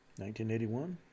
1981